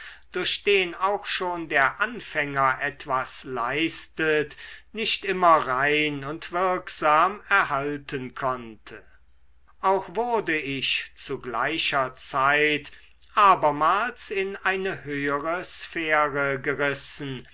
durch den auch schon der anfänger etwas leistet nicht immer rein und wirksam erhalten konnte auch wurde ich zu gleicher zeit abermals in eine höhere sphäre gerissen